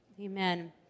Amen